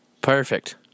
Perfect